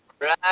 right